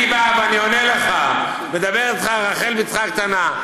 אני בא ואני עונה לך, מדבר איתך ברחל בתך הקטנה.